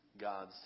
God's